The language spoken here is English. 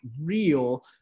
real